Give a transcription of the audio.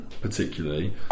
particularly